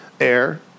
air